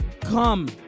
come